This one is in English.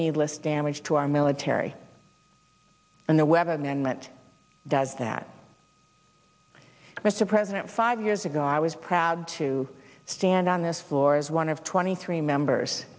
needless damage to our military and the weather management does that mr president five years ago i was proud to stand on this floor is one of twenty three members